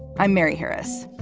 i'm mary harris.